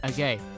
Okay